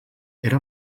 era